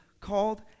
called